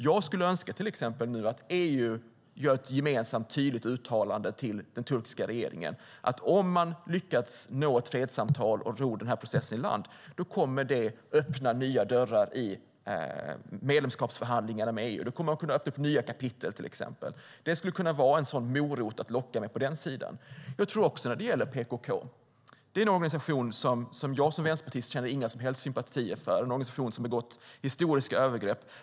Jag skulle önska att EU gör ett gemensamt tydligt uttalande till den turkiska regeringen att om man lyckas nå ett fredssamtal och ro processen i land så kommer det att öppna nya dörrar i medlemskapsförhandlingarna med EU. Då skulle man kunna öppna nya kapitel, till exempel. Det skulle kunna vara en morot att locka med. PKK är en organisation som jag som vänsterpartiet inte känner några som helst sympatier för. Det är en organisation som har begått historiska övergrepp.